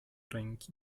ręki